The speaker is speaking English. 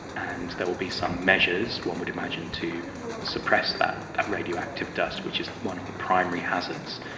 and there will be some measures, one would imagine, to suppress that that radioactive dust which is one of the primary hazards.